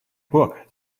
book